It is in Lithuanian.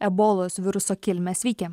ebolos viruso kilmę sveiki